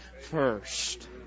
first